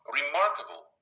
remarkable